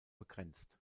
begrenzt